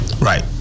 Right